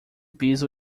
piso